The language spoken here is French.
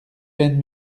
pennes